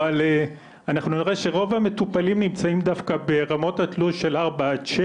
אבל אנחנו נראה שרוב המטופלים נמצאים דווקא ברמות התלוש של 4 עד 6,